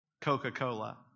Coca-Cola